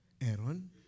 Aaron